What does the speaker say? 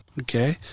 Okay